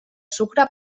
sucre